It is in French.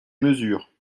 mesures